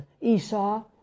Esau